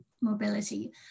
mobility